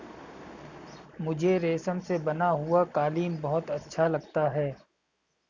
मुझे रेशम से बना हुआ कालीन बहुत अच्छा लगता है